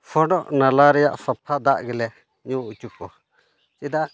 ᱥᱚᱰᱚᱜ ᱱᱟᱞᱟ ᱨᱮᱭᱟᱜ ᱥᱟᱯᱷᱟ ᱫᱟᱜ ᱜᱮᱞᱮ ᱧᱩ ᱦᱚᱪᱚ ᱠᱚᱣᱟ ᱪᱮᱫᱟᱜ